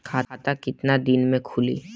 खाता कितना दिन में खुलि?